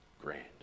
grand